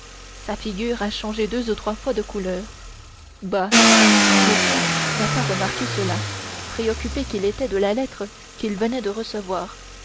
sa figure a changé deux ou trois fois de couleur bah monsieur n'a pas remarqué cela préoccupé qu'il était de la lettre qu'il venait de recevoir